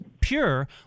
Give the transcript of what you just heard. pure